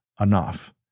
enough